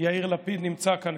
יאיר לפיד נמצא כאן?